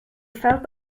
felt